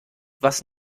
was